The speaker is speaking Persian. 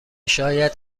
شاید